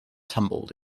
tumbled